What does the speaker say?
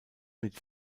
mit